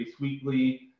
weekly